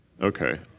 Okay